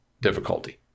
difficulty